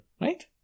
right